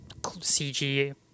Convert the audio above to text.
CG